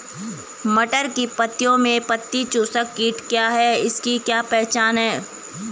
मटर की पत्तियों में पत्ती चूसक कीट क्या है इसकी क्या पहचान है?